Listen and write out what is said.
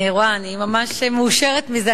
אני רואה, אני ממש מאושרת מזה.